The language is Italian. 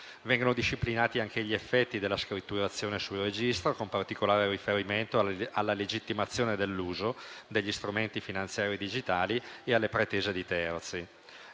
Vengono disciplinati anche gli effetti della scritturazione sul registro, con particolare riferimento alla legittimazione dell'uso degli strumenti finanziari e digitali e alle pretese di terzi.